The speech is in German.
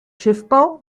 schiffbau